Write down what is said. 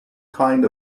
kind